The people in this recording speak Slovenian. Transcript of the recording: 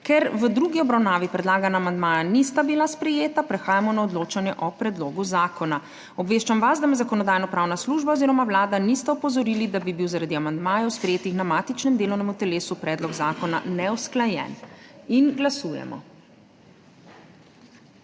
Ker v drugi obravnavi predlagana amandmaja nista bila sprejeta, prehajamo na odločanje o predlogu zakona. Obveščam vas, da me Zakonodajno-pravna služba oziroma Vlada nista opozorili, da bi bil zaradi amandmajev, sprejetih na matičnem delovnem telesu, predlog zakona neusklajen. Glasujemo.